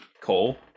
Cole